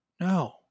No